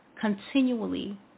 continually